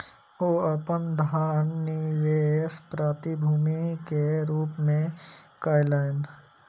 ओ अपन धन निवेश प्रतिभूति के रूप में कयलैन